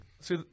see